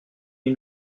une